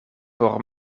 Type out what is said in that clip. por